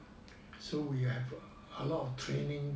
so we have a lot of training